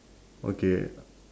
okay